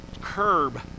curb